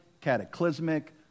cataclysmic